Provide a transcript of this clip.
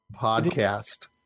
podcast